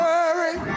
Worry